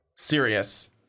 serious